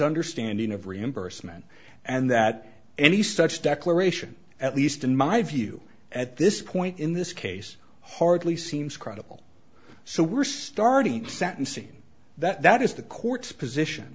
understanding of reimbursement and that any such declaration at least in my view at this point in this case hardly seems credible so we're starting sentencing that is the court's position